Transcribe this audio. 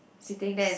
sitting there